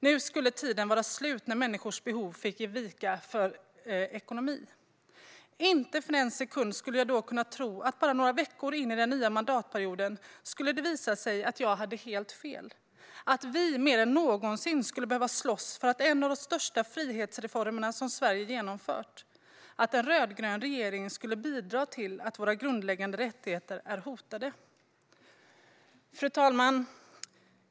Nu skulle det vara slut på tiden då människors behov fick ge vika för ekonomi. Inte för en sekund skulle jag då ha kunnat tro att det bara några veckor in i den nya mandatperioden skulle visa sig att jag hade helt fel. Inte hade jag kunnat tro att vi mer än någonsin skulle behöva slåss för en av de största frihetsreformerna som Sverige genomfört eller att en rödgrön regering skulle bidra till att våra grundläggande rättigheter är hotade. Fru talman!